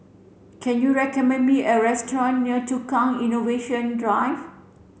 can you recommend me a restaurant near Tukang Innovation Drive